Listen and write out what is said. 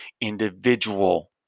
individual